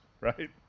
right